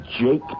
Jake